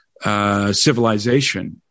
civilization